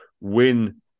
win